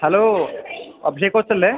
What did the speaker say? hello Abhishek കോച്ചല്ലേ